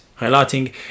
highlighting